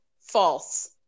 False